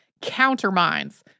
countermines